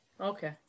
Okay